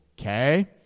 Okay